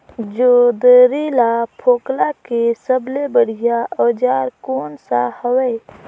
जोंदरी ला फोकला के सबले बढ़िया औजार कोन सा हवे?